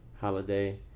Holiday